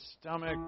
stomach